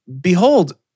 Behold